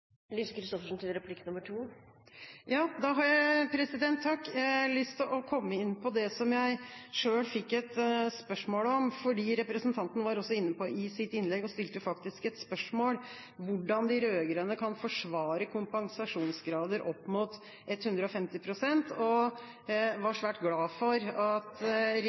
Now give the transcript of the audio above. Da har jeg lyst til å komme inn på det som jeg selv fikk et spørsmål om, for representanten var i sitt innlegg også inne på det og stilte faktisk et spørsmål om hvordan de rød-grønne kunne forsvare kompensasjonsgrader opp mot 150 pst., og var svært glad for at